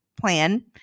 plan